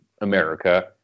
America